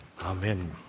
Amen